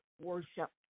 worship